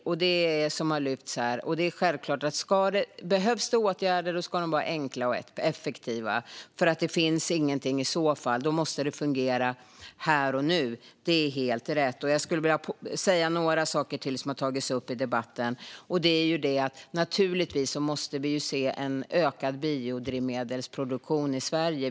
Behövs det åtgärder ska de självklart vara enkla och effektiva. Det måste fungera här och nu. Det är helt rätt. Jag vill ta upp några saker till som har sagts i debatten. Naturligtvis måste vi se en ökad biodrivmedelsproduktion i Sverige.